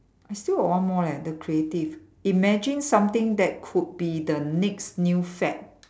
I still got one more leh the creative imagine something that could be the next new fad